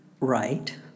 right